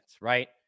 right